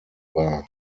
war